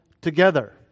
together